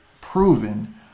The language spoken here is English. proven